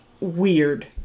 weird